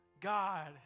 God